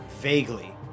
Vaguely